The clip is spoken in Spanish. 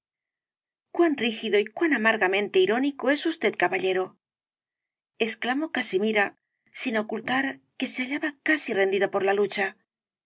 cuan rígido y cuan amargamente irónico es usted caballero exclamó casimira sin ocultar que se hallaba casi rendida por la lucha quiere